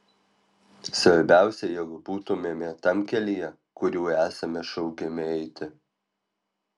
svarbiausia jog būtumėme tam kelyje kuriuo esame šaukiami eiti